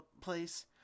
place